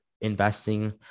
investing